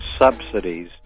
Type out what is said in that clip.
subsidies